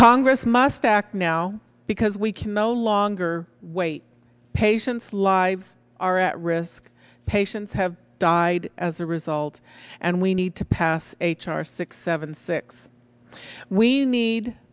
congress must act now because we can no longer wait patients lives are at risk patients have died as a result and we need to pass h r six seven six we need